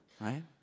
right